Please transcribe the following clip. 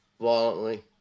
violently